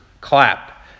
clap